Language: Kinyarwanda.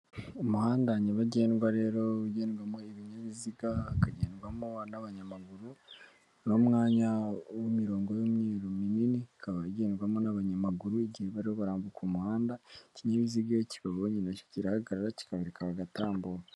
Umuhanda nyabagendwa rero, ugendwamo, ibinyabiziga, hakagendwamo n'abanyamaguru, n'umwanya w'imirongo y'imweru minini, ikaba igendwamo n'abanyamaguru igihe bari kwambuka umuhanda, ikinyabiziga iyo kibabonye nacyo kirahagarara kikabareka bagatambuka.